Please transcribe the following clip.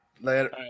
Later